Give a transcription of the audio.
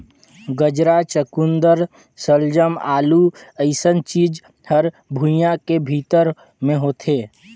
गाजरा, चकुंदर सलजम, आलू अइसन चीज हर भुइंयां के भीतरी मे होथे